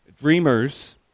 Dreamers